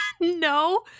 no